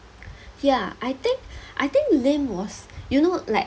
ya I think I think lim was you know like